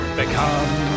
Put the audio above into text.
become